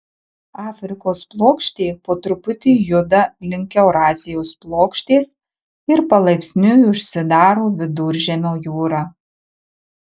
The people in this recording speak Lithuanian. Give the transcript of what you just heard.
afrikos plokštė po truputį juda link eurazijos plokštės ir palaipsniui užsidaro viduržemio jūra